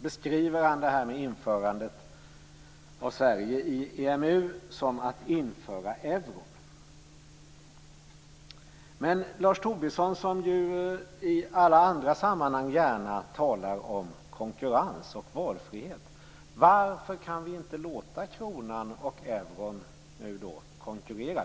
beskriver han det här med att föra in Sverige i EMU som att införa euron. Men Lars Tobisson, som ju i alla andra sammanhang gärna talar om konkurrens och valfrihet: Varför kan vi inte låta kronan och euron konkurrera?